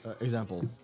example